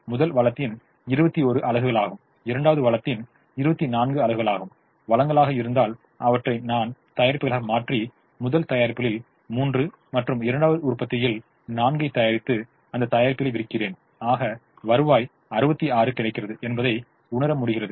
முதல் வளத்தின் 21 அலகுகளும் இரண்டாவது வளத்தின் 24 அலகுகளும் வளங்களாக இருந்தால் அவற்றை நான் தயாரிப்புகளாக மாற்றி முதல் தயாரிப்புகளில் மூன்று மற்றும் இரண்டாவது உற்பத்தியில் நான்கை தயாரித்து அந்த தயாரிப்புகளை விற்கிறேன் ஆக வருவாய் ௬௬ கிடைக்கிறது என்பதை உணர முடிகிறது